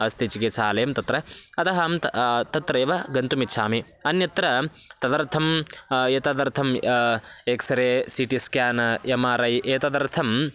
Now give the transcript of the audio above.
अस्ति चिकित्सालयं तत्र अतः अं तत्रैव गन्तुम् इच्छामि अन्यत्र तदर्थं एतदर्थं x ray C T scan M R I एतदर्थं